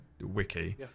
wiki